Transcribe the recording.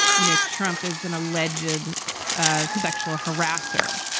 you know, trump is an alleged so ah sexual harasser.